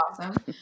awesome